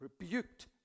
rebuked